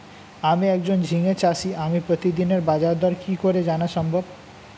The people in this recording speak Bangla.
আমি একজন ঝিঙে চাষী আমি প্রতিদিনের বাজারদর কি করে জানা সম্ভব?